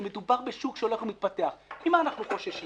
כאשר מדובר בשוק שהולך ומתפתח ממה אנחנו חוששים?